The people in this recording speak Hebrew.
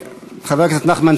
הצעות לסדר-היום מס' 3872,